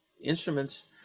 instruments